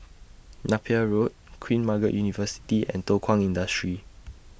Napier Road Queen Margaret University and Thow Kwang Industry